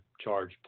charge